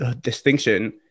distinction